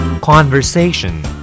Conversation